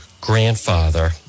grandfather